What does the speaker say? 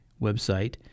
website